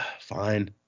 fine